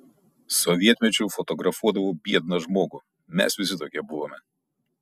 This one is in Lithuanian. sovietmečiu fotografuodavau biedną žmogų mes visi tokie buvome